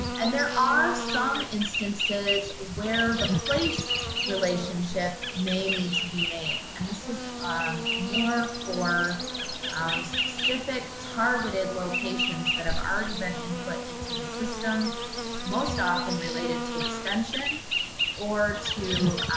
and there are some instances where the place relationship may need to be made and this is more for um specific targeted locations that have already been input into the system most often related to extension or to